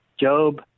Job